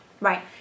Right